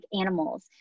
animals